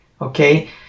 Okay